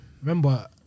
remember